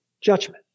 judgment